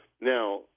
Now